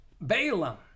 Balaam